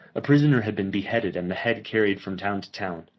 a prisoner had been beheaded and the head carried from town to town,